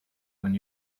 when